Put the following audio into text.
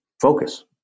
Focus